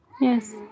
yes